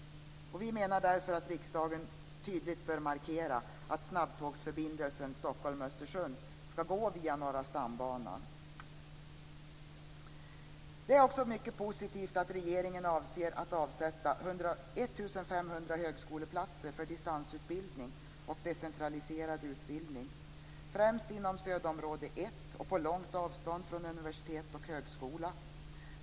Vi menar därför att riksdagen tydligt bör markera att snabbtågsförbindelsen på sträckan Stockholm-Östersund skall gå via Norra stambanan. Vidare är det mycket positivt att regeringen avser att avsätta 1 500 högskoleplatser för distansutbildning och decentraliserad utbildning, främst inom stödområde 1 och på långt avstånd från universitet och högskola.